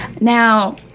now